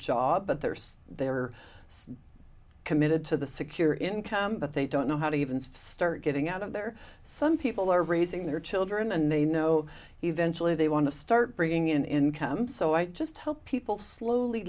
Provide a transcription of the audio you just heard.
job but theirs they are so committed to the secure income but they don't know how to even start getting out of there some people are raising their children and they know eventually they want to start bringing in income so i just help people slowly